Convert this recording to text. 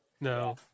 No